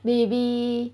maybe